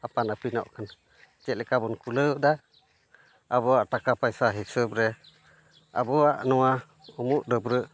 ᱟᱯᱟᱱ ᱟᱹᱯᱤᱱᱚᱜ ᱠᱟᱱᱟ ᱪᱮᱫ ᱞᱮᱠᱟ ᱵᱚᱱ ᱠᱩᱞᱟᱹᱣᱮᱫᱟ ᱟᱵᱚᱣᱟᱜ ᱴᱟᱠᱟ ᱯᱚᱭᱥᱟ ᱦᱤᱥᱟᱹᱵᱽ ᱨᱮ ᱟᱵᱚᱣᱟᱜ ᱱᱚᱣᱟ ᱩᱢᱩᱜ ᱰᱟᱹᱵᱽᱨᱟᱹᱜ